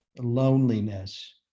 loneliness